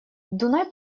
дунай